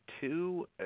two